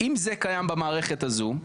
אם זה קיים במערכת הזו,